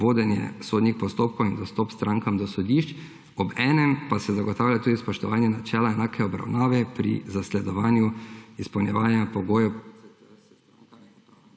vodenje sodnih postopkov in dostop strankam do sodišč, obenem pa se zagotavlja tudi spoštovanje načela enake obravnave pri zasledovanju izpolnjevanja pogojev